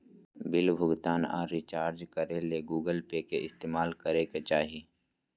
bill भुगतान आर recharge करे ले गूगल पे के इस्तेमाल करय के चाही